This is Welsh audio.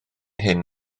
hyn